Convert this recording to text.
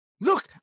Look